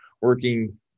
working